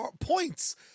points